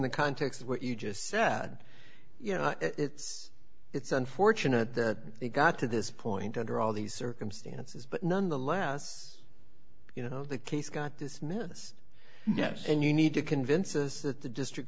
the context of what you just said you know it's it's unfortunate that it got to this point under all these circumstances but nonetheless you know the case got dismissed yes and you need to convince us that the district